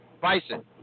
Bison